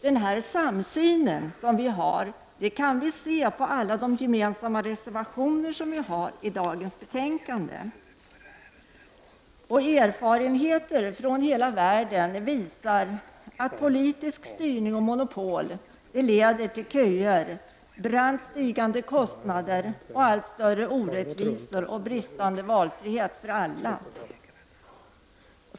Denna samsyn som vi har framgår av alla gemensamma reservationer i dagens betänkande. Erfarenheter från hela världen visar att politisk styrning och monopol leder till köer, brant stigande kostnader och allt större orättvisor och bristande valfrihet för alla.